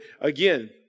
again